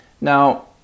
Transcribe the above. Now